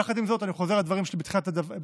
יחד עם זאת, אני חוזר לדברים שלי בתחילת הדברים: